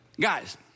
Guys